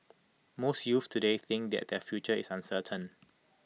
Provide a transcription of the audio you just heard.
most youths today think that their future is uncertain